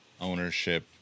ownership